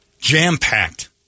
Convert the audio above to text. Jam-packed